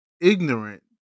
ignorant